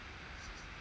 mm